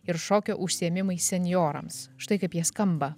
ir šokio užsiėmimai senjorams štai kaip jie skamba